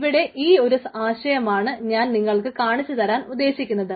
ഇവിടെ ഈ ഒരു ആശയമാണ് ഞാൻ നിങ്ങൾക്ക് കാണിച്ചു തരാൻ ഉദ്ദേശിക്കുന്നത്